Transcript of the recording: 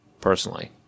personally